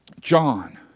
John